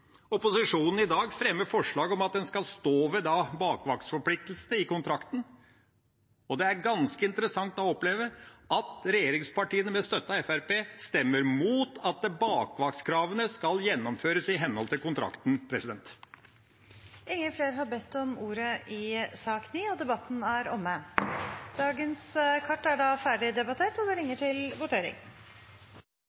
Opposisjonen fremmer i dag forslag om at en skal stå ved bakvaktforpliktelsene i kontrakten, og det er ganske interessant å oppleve at regjeringspartiene med støtte av Fremskrittspartiet stemmer imot at bakvaktkravene skal gjennomføres i henhold til kontrakten. Flere har ikke bedt om ordet til sak nr. 9. Stortinget går da til votering over sakene på dagens kart. Sakene nr. 1–4 er andre gangs behandling av lover og